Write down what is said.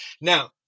Now